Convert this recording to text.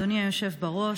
אדוני היושב בראש,